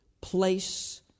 place